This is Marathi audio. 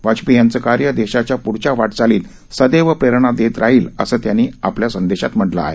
वाजपेयी यांचं कार्य देशाच्या प्रढच्या वाटचालीत सदैव प्रेरणा देत राहील असं त्यांनी आपल्या म्हटलं आहे